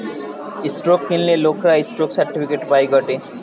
stock কিনলে লোকরা stock certificate পায় গটে